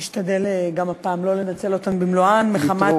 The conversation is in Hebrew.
אני אשתדל גם הפעם לא לנצל אותן במלואן מחמת